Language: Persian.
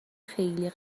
خیلی